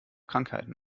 krankheiten